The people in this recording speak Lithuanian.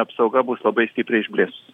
apsauga bus labai stipriai išblėsus